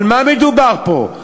על מה מדובר פה?